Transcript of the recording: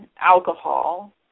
alcohol